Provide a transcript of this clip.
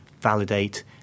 validate